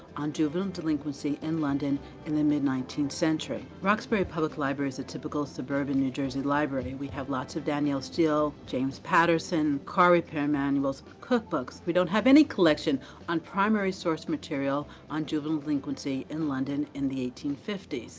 on juvenile delinquency in london in the mid nineteenth century. roxbury public library is a typical, suburban, new jersey library. we have lots of danielle steele, james patterson, car repair manuals, cookbooks. we don't have any collection on primary source material on juvenile delinquency in london in the eighteen fifty s.